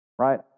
Right